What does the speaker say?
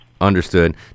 Understood